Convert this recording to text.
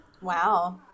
Wow